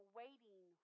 waiting